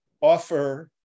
offer